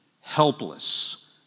helpless